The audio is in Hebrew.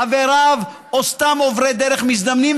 חבריו או סתם עוברי אורח מזדמנים,